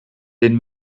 den